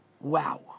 Wow